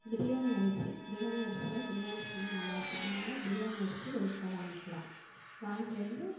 பிரியாணி அரிசி பிரியாணி அரிசியில் பிரியாணி செஞ்சால் நல்லா இருக்கும் அதனால் பிரியாணி அரிசி ஒரு கிலோ வாங்கிக்கலாம் வாங்கிட்டு வந்து